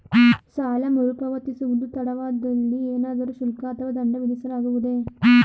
ಸಾಲ ಮರುಪಾವತಿಸುವುದು ತಡವಾದಲ್ಲಿ ಏನಾದರೂ ಶುಲ್ಕ ಅಥವಾ ದಂಡ ವಿಧಿಸಲಾಗುವುದೇ?